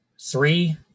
three